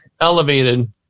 elevated